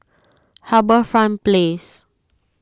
HarbourFront Place